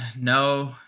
No